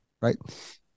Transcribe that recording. right